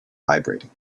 vibrating